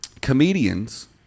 Comedians